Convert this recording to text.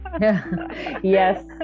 Yes